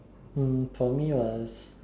um for me was